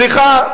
סליחה,